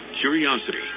curiosity